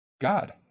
God